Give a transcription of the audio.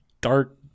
dark